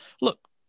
look